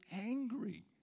angry